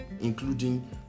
including